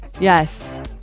Yes